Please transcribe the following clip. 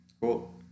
Cool